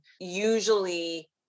usually